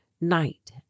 Night